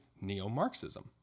Neo-Marxism